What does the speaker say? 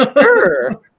Sure